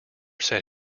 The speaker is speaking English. said